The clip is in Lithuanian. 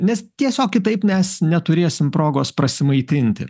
nes tiesiog kitaip mes neturėsim progos prasimaitinti